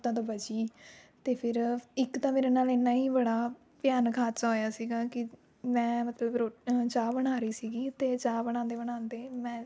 ਆਫ਼ਤਾਂ ਤੋਂ ਬਚੀ ਅਤੇ ਫੇਰ ਇੱਕ ਤਾਂ ਮੇਰੇ ਨਾਲ ਇੰਨਾ ਹੀ ਬੜਾ ਭਿਆਨਕ ਹਾਦਸਾ ਹੋਇਆ ਸੀਗਾ ਕਿ ਮੈਂ ਮਤਲਬ ਰੋ ਚਾਹ ਬਣਾ ਰਹੀ ਸੀਗੀ ਅਤੇ ਚਾਹ ਬਣਾਉਂਦੇ ਬਣਾਉਂਦੇ ਮੈਂ